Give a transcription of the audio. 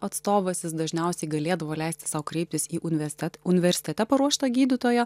atstovas jis dažniausiai galėdavo leisti sau kreiptis į universitet universitete paruoštą gydytoją